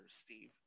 Steve